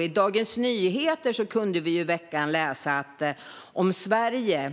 I Dagens Nyheter kunde man i veckan läsa att vi om Sverige